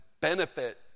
benefit